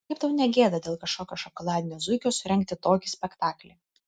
kaip tau ne gėda dėl kažkokio šokoladinio zuikio surengti tokį spektaklį